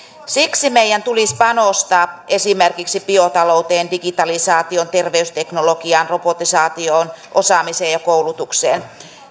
siksi meidän tulisi panostaa esimerkiksi biotalouteen digitalisaatioon terveysteknologiaan robotisaatioon osaamiseen ja koulutukseen